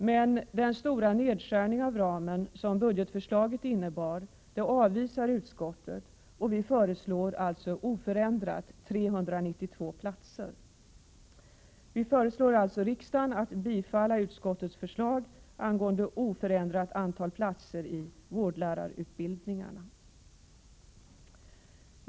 Men den stora nedskärning av ramen som budgetförslaget innebar avvisar utskottet och föreslår att antalet platser skall vara oförändrat, dvs. 392. Vi föreslår alltså att riksdagen bifaller utskottets förslag angående oförändrat antal platser i vårdlärarutbildningarna.